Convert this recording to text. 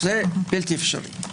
זה בלתי אפשרי.